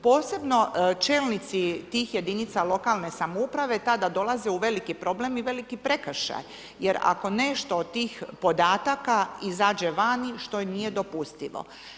Posebno čelnici tih jedinica lokalne samouprave tada dolaze u veliki problem i veliki prekršaj jer ako nešto od tih podataka izađe vani što nije dopustivo.